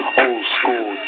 old-school